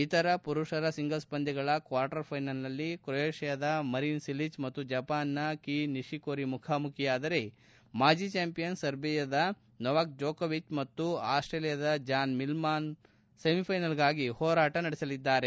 ಇತರ ಪುರುಷರ ಸಿಂಗಲ್ಲ್ ಪಂದ್ಯಗಳ ಕ್ವಾರ್ಟರ್ ಫೈನಲ್ ನಲ್ಲಿ ಕ್ರೊಯೇಷ್ಠಾದ ಮರಿನ್ ಸಿಲಿಚ್ ಮತ್ತು ಜಪಾನಿನ ಕೀ ನಿಶಿಕೋರಿ ಮುಖಾಮುಖಿಯಾದರೆ ಮಾಜಿ ಚಾಂಪಿಯನ್ ಸರ್ಬಿಯಾದ ನೊವಾಕ್ ಜೊಕೊವಿಕ್ ಮತ್ತು ಆಸ್ವೇಲಿಯಾದ ಜಾನ್ ಮಿಲ್ಟಾನ್ ಸೆಮಿಫೈನಲ್ ಗಾಗಿ ಹೋರಾಟ ನಡೆಸಲಿದ್ದಾರೆ